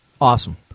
Awesome